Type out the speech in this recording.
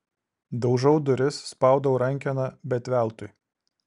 daužau duris spaudau rankeną bet veltui